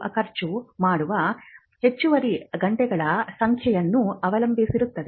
ಅದು ಖರ್ಚು ಮಾಡುವ ಹೆಚ್ಚುವರಿ ಗಂಟೆಗಳ ಸಂಖ್ಯೆಯನ್ನು ಅವಲಂಬಿಸಿರುತ್ತದೆ